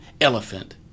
elephant